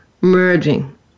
merging